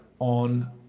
on